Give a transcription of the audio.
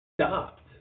stopped